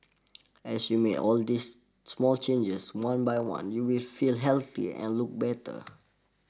as you make all these small changes one by one you will feel healthier and look better